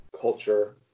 culture